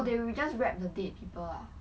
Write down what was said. oh they will just wrap the dead people lah